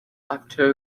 after